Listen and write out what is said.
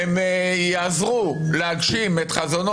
יעזרו להגשים את חזונו,